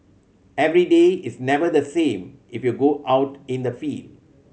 every day is never the same if you go out in the field